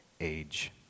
age